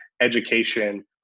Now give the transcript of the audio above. Education